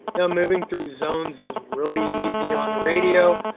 now moving through zones is really easy on the radio.